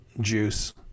juice